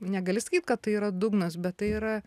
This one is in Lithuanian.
negali sakyt kad tai yra dugnas bet tai yra